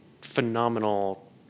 phenomenal